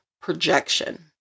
projection